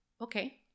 okay